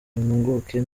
impuguke